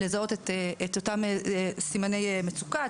לזהות את אותם סימני מצוקה,